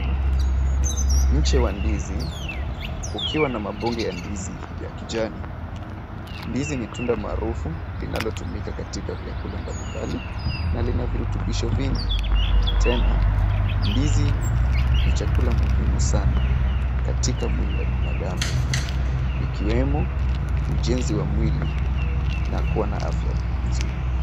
Mche wa ndizi ukiwa na mabonge ya ndizi ya kijani. Ndizi ni tunda maarufu linalotumika katika vyakula mbalimbali na lina virutubisho vingi tena ndizi ni chakula muhimu sana katika mwili la binadamu ikiwemo ujenzi wa mwili na kuwa na afya mzuri.